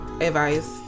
advice